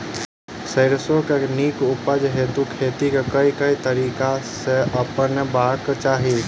सैरसो केँ नीक उपज हेतु खेती केँ केँ तरीका अपनेबाक चाहि?